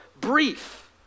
brief